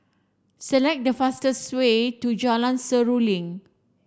select the fastest way to Jalan Seruling